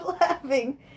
laughing